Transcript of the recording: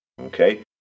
okay